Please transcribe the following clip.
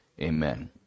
amen